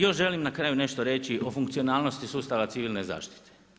Još želim na kraju nešto reći o funkcionalnosti sustava civilne zaštite.